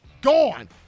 gone